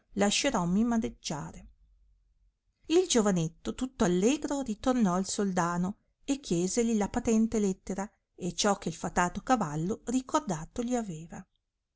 maneggiare il giovanetto tutto allegro ritornò al soldano e chieseli la patente lettera e ciò che fatato cavallo ricordato gli aveva